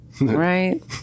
right